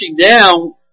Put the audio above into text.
down